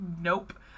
Nope